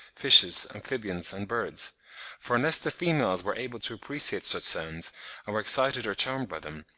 fishes, amphibians, and birds for unless the females were able to appreciate such sounds and were excited or charmed by them,